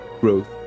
growth